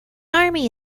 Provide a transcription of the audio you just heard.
army